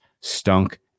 stunk